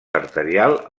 arterial